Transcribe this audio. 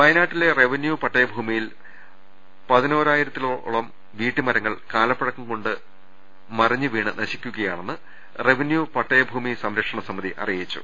വയനാട്ടിലെ റവന്യൂ പട്ടയ ഭൂമിയിൽ പതിനോരായിരത്തോളം വീട്ടിമരങ്ങൾ കാലപ്പഴക്കം കൊണ്ടും മറിഞ്ഞുവീണും നശിക്കുകയാ ണെന്ന് റവന്യൂപട്ടയ ഭൂമി സംരക്ഷണ സമിതി അറിയിച്ചു